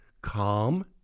calm